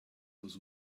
with